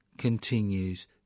continues